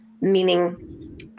meaning